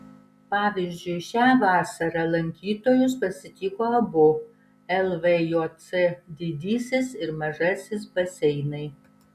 pavyzdžiui šią vasarą lankytojus pasitiko abu lvjc didysis ir mažasis baseinai